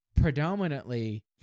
predominantly